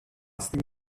στην